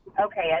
Okay